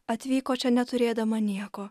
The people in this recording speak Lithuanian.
atvyko čia neturėdama nieko